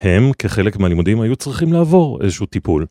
הם כחלק מהלימודים היו צריכים לעבור איזשהו טיפול.